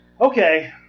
Okay